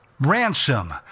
ransom